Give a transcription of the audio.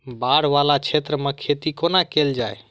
बाढ़ वला क्षेत्र मे खेती कोना कैल जाय?